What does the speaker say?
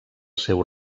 seu